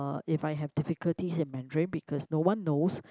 if I have difficulties in Mandarin because no one knows